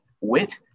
wit